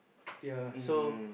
ya so